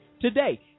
today